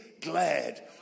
glad